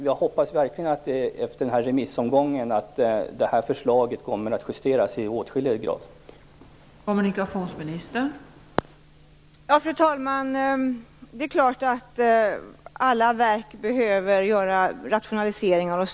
Jag hoppas verkligen att det här förslaget kommer att justeras i åtskillig grad efter remissomgången.